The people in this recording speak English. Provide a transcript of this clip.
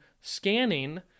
scanning